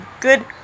good